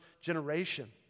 generation